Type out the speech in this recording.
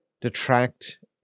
detract